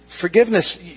Forgiveness